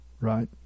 right